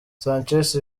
sanchez